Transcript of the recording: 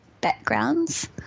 backgrounds